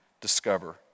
discover